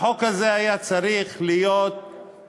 החוק הזה היה צריך לחול